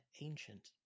ancient